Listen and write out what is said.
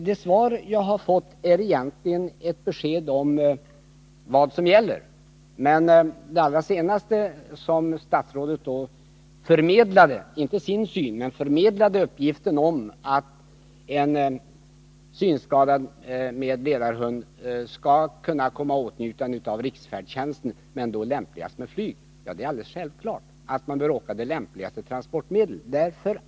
Det svar jag har fått är egentligen ett besked om de regler som gäller. Men det allra sista som statsrådet sade, var att en synskadad med ledarhund skall kunna komma i åtnjutande av riksfärdtjänsten, men då lämpligast med flyg. Ja, det är klart att man bör åka med det lämpligaste transportmedlet.